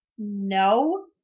No